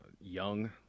young